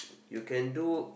you can do